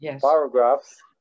paragraphs